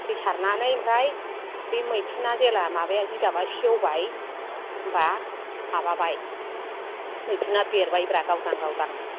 दै सारनानै ओमफ्राय बे मैखुना जेब्ला जिगाबा सेवबाय होनबा माबाबाय मैखुना देरबायब्रा गावदां गावदांनो